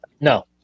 No